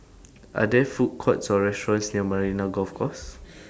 Are There Food Courts Or restaurants near Marina Golf Course